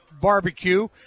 Barbecue